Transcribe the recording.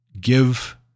give